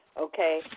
okay